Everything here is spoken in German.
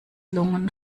lungen